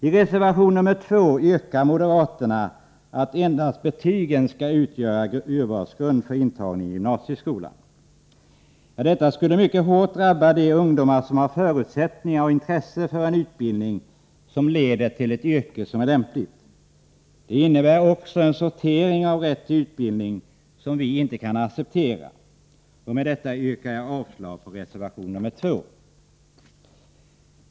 I reservation 2 yrkar moderaterna att endast betygen skall utgöra urvalsgrund för intagning till gymnasieskolan. Detta skulle mycket hårt drabba de ungdomar som har förutsättningar och intresse för en utbildning som leder till ett lämpligt yrke. Det innebär också en sortering av rätt till utbildning som vi inte kan acceptera. Med detta yrkar jag avslag på reservation 2.